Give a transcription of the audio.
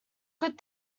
good